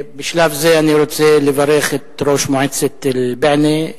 בשלב זה אני רוצה לברך את ראש מועצת אל-בענה,